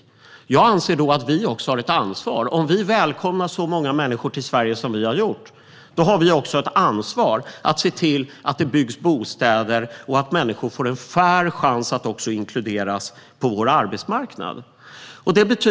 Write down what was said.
Jag anser att vi då också har ett ansvar. Om vi välkomnar så många människor till Sverige som vi har gjort har vi också ett ansvar att se till att det byggs bostäder och att människor får en fair chans att inkluderas på vår arbetsmarknad.